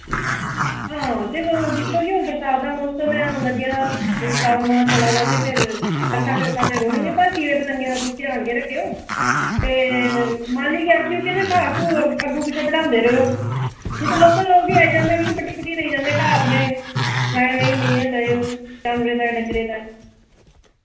हां ते ओह् दिक्खो कि हून बरसात दा मौसम ऐ हून लग्गे दा श्रावण मास चला दा ते फिर बरखा शरखा ते रौह्नी ऐ बाकि ते दा गै रक्खेआ ते माली गी आखेओ कि ना घा घू अग्गों पिच्छों बढांदे रोओ नि तां लोकल लोक ही आई जंदे उ'ऐ बड्डी बुड्डियै लेई जंदे घा अपने गाएं ताईं मेइयें ताईं जानबरें ताईं डंगरें ताईं